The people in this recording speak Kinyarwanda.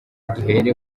duhere